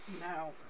No